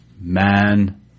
man